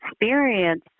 experience